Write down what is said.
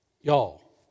Y'all